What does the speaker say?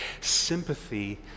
sympathy